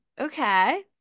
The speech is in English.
okay